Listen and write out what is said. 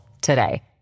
today